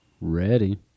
Ready